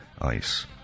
ice